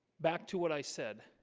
back to what i said?